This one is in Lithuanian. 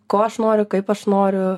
ko aš noriu kaip aš noriu